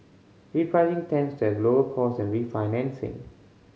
repricing tends to have lower cost than refinancing